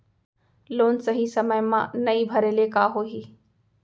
Loan सही समय मा नई भरे ले का होही?